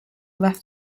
left